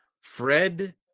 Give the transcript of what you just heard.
Fred